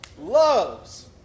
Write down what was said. loves